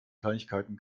kleinigkeiten